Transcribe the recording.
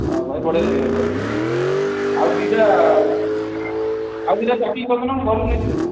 ହଁ ଭାଇ ବଢ଼ିଆ ଆଉ ଦୁଇଟା ଆଉ ଦୁଇଟା ପ୍ୟାକିଂ କରିଦେଉନ ଘରକୁ ନେଇଯିବି